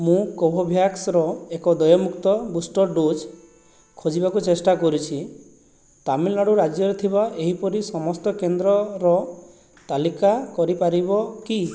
ମୁଁ କୋଭୋଭ୍ୟାକ୍ସ ର ଏକ ଦେୟମୁକ୍ତ ବୁଷ୍ଟର ଡୋଜ୍ ଖୋଜିବାକୁ ଚେଷ୍ଟା କରୁଛି ତାମିଲନାଡ଼ୁ ରାଜ୍ୟରେ ଥିବା ଏହିପରି ସମସ୍ତ କେନ୍ଦ୍ରର ତାଲିକା କରିପାରିବ କି